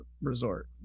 resort